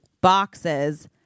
boxes